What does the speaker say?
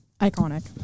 Iconic